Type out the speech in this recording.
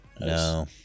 No